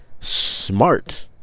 smart